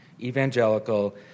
evangelical